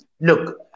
Look